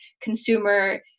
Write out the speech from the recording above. consumer